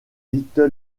little